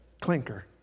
clinker